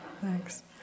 Thanks